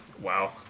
Wow